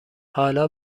حالا